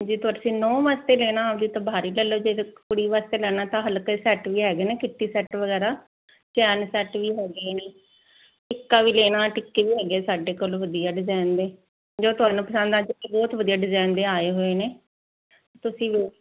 ਵਾਸਤੇ ਲੈਣਾ ਹੋਵੇ ਤਾਂ ਭਾਰੀ ਲੈ ਲੋ ਜੇ ਕੁੜੀ ਵਾਸਤੇ ਲੈਣਾ ਤਾਂ ਹਲਕੇ ਸੈਟ ਵੀ ਹੈਗੇ ਨੇ ਕਿੱਟੀ ਸੈਟ ਵਗੈਰਾ ਚੈਨ ਸੈਟ ਵੀ ਹੈਗੇ ਨੇ ਟਿੱਤਕਾ ਵੀ ਲੈਣਾ ਟਿੱਕੇ ਵੀ ਹੈਗੇ ਸਾਡੇ ਕੋਲੋਂ ਵਧੀਆ ਡਿਜ਼ਾਇਨ ਦੇ ਜੋ ਤੁਹਾਨੂੰ ਪਸੰਦ ਆ ਬਹੁਤ ਵਧੀਆ ਡਿਜ਼ਾਇਨ ਦੇ ਆਏ ਹੋਏ ਨੇ ਤੁਸੀਂ